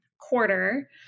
quarter